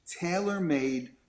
tailor-made